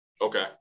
Okay